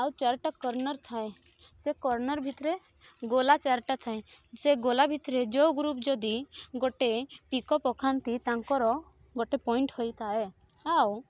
ଆଉ ଚାରିଟା କର୍ଣ୍ଣର ଥାଏ ସେ କର୍ଣ୍ଣର ଭିତରେ ଗୋଲା ଚାରିଟା ଥାଏ ସେ ଗୋଲା ଭିତରେ ଯେଉଁ ଗ୍ରୁପ ଯଦି ଗୋଟେ ପିକ ପକାନ୍ତି ତାଙ୍କର ଗୋଟେ ପଏଣ୍ଟ ହୋଇଥାଏ ଆଉ